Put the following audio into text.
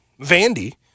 Vandy